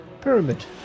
Pyramid